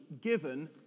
given